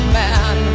man